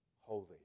holy